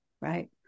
right